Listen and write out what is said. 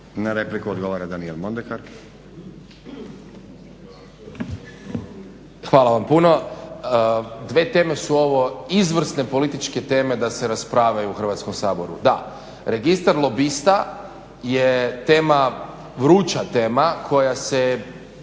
**Mondekar, Daniel (SDP)** Hvala vam puno. Dvije teme su ovo, izvrsne političke teme da se raspravljaju u Hrvatskom saboru. Da, registar lobista je tema, vruća tema koja se